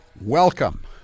Welcome